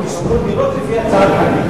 שלנו לשכור דירות לפי הצעת חנין.